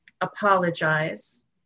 apologize